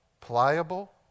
pliable